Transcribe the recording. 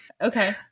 okay